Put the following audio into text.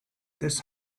this